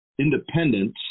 independence